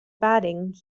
batting